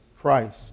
Christ